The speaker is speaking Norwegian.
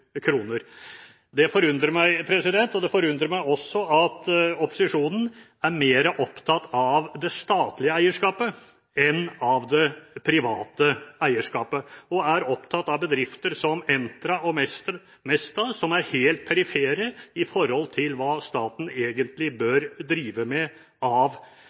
Det forundrer meg. Det forundrer meg også at opposisjonen er mer opptatt av det statlige eierskapet enn av det private eierskapet og er opptatt av bedrifter som Entra og Mesta, som er helt perifere i forhold til hva staten egentlig bør drive med av